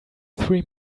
three